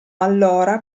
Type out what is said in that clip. allora